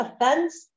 offense